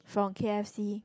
from k_f_c